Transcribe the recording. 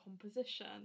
composition